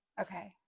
Okay